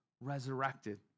resurrected